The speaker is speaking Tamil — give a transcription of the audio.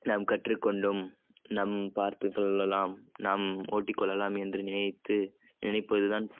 நாம் கற்றுக்கொண்டோம் நாம் பார்த்துக்கொள்ளலாம் நாம் ஒட்டிக்கொள்ளலாம் என்று நினைத்து நினைப்பது தான்